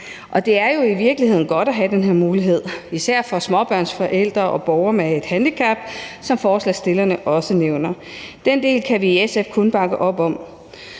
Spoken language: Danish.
godt at have den her mulighed, især for småbørnsforældre og borgere med et handicap, som forslagsstillerne også nævner. Den del kan vi i SF kun bakke op om.